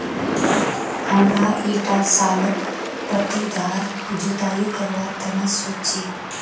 हमरा ईटा सालत पट्टीदार जुताई करवार तने सोच छी